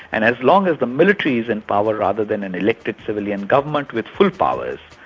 and as long as the military is in power, rather than an elected civilian government with full powers,